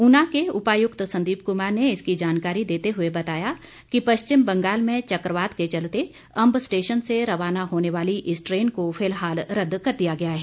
ऊना के उपायुक्त संदीप कुमार ने इसकी जानकारी देते हुए बताया कि पश्चिमी बंगाल में चकवात के चलते अम्ब स्टेशन से रवाना होने वाली इस ट्रेन को फिलहाल रद्द कर दिया गया है